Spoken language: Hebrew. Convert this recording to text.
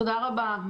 תודה רבה.